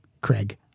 Craig